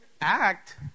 act